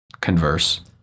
converse